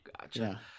Gotcha